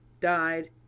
died